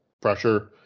pressure